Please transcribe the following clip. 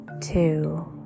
two